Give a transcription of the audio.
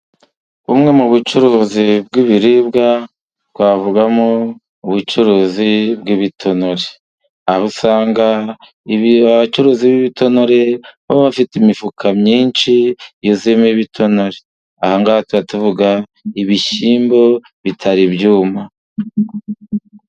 Bumwe mu bucuruzi bw'ibiribwa, twavugamo ubucuruzi bw'ibitonore, aho usanga abacuruzi b'ibitonore baba bafite imifuka myinshi yuzuyemo ibitonore, aha ngaha tuba tuvuga ibishyimbo bitari byuma.